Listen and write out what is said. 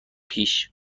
پیش